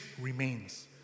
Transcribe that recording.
remains